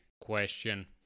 question